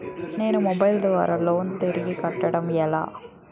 నేను మొబైల్ ద్వారా లోన్ తిరిగి కట్టడం ఎలా?